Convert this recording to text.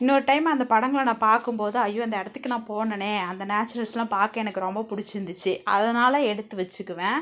இன்னொரு டைம் அந்த படங்களை நான் பார்க்கும் போது ஐயோ அந்த இடத்துக்கு நான் போனனே அந்த நேச்சுரல்ஸ்லாம் பார்க்க எனக்கு ரொம்ப பிடிச்சிருந்துச்சி அதனால் எடுத்து வச்சுக்குவேன்